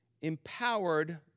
empowered